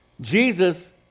Jesus